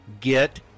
get